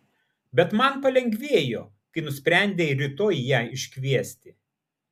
bet man palengvėjo kai nusprendei rytoj ją iškviesti